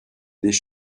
this